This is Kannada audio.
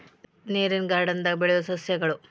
ನೇರಿನ ಗಾರ್ಡನ್ ದಾಗ ಬೆಳಿಯು ಸಸ್ಯಗಳು